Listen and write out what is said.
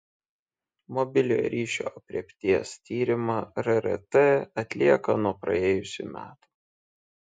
mobiliojo ryšio aprėpties tyrimą rrt atlieka nuo praėjusių metų